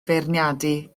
feirniadu